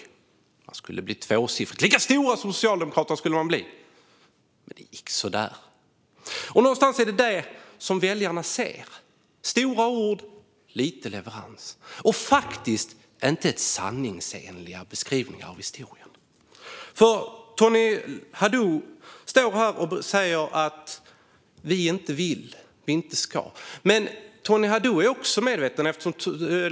Vänsterpartiet skulle få ett tvåsiffrigt resultat i valet. Lika stora som Socialdemokraterna skulle man bli. Men det gick så där. Någonstans är det vad väljarna ser. Det är stora ord och lite leverans. Det är inte sanningsenliga beskrivningar av historien. Tony Haddou står här och säger att vi inte vill och inte ska.